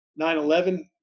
9-11